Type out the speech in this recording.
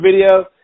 video